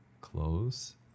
close